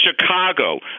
Chicago